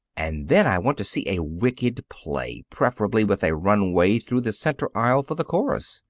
and then i want to see a wicked play, preferably with a runway through the center aisle for the chorus.